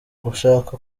gushaka